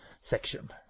section